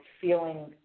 feeling